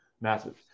massive